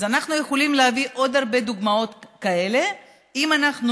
אז אנחנו יכולים להביא עוד הרבה דוגמאות כאלה אם אנחנו